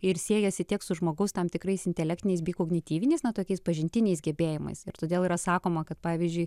ir siejasi tiek su žmogaus tam tikrais intelektiniais bei kognityviniais na tokiais pažintiniais gebėjimais ir todėl yra sakoma kad pavyzdžiui